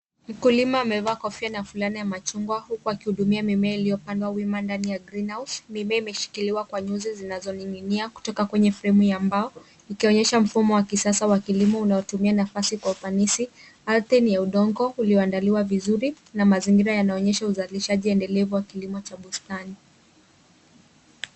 Mkulima amevaa kofia na fulana ya machungwa huku akihudumia mimea iliyopandwa wima ndani ya green house . Mimea imeshikiliwa kwa nyuzi zinazoning'inia kutoka kwenye fremu ya mbao ikionyesha mfumo wa kisasa wa kilimo unaotumia nafasi kwa ufanisi. Ardhi ni ya udongo uliyoandaliwa vizuri na mazingira yanaonyesha uzalishaji endelevu wa kilimo cha bustani.